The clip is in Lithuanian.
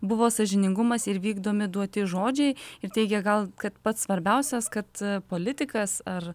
buvo sąžiningumas ir vykdomi duoti žodžiai ir teigė gal kad pats svarbiausias kad politikas ar